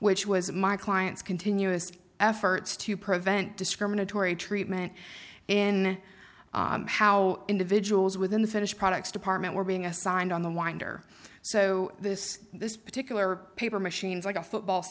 which was my client's continuous efforts to prevent discriminatory treatment and how individuals within the finished products department were being assigned on the winder so this this particular paper machines like a football